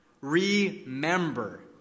Remember